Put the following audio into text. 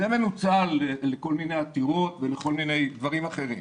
זה מנוצל לכל מיני עתירות ולכל מיני דברים אחרים.